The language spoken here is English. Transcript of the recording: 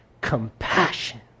compassion